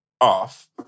off